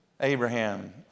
Abraham